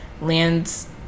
lands